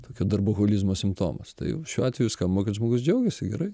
tokiu darboholizmo simptomas tai šiuo atveju skamba kad žmogus džiaugiasi gerai